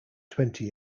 twenty